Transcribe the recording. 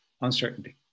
uncertainty